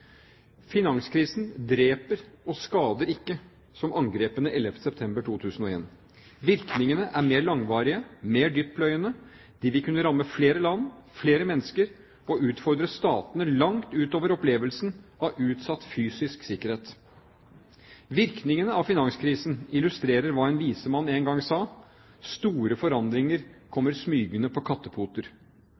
Finanskrisen dreper og skader ikke som angrepene 11. september 2001. Virkningene er mer langvarige, mer dyptpløyende, og de vil kunne ramme flere land, flere mennesker og utfordre statene langt utover opplevelsen av utsatt fysisk sikkerhet. Virkningene av finanskrisen illustrerer hva en vismann en gang sa: Store forandringer kommer smygende på kattepoter.